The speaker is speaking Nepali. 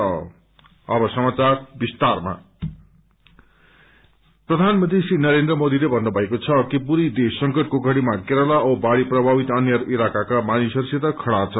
मनकी बात प्रधानमंत्री श्री नरेन्द्र मोदीले भन्नुभएको छ कि पूरै देश संकटको घड़ीमा केरला औ बाढ़ी प्रभावित अन्य इलाकाका मानिसहरूसित खड़ा छ